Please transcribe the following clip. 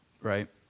right